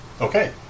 Okay